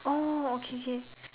oh okay K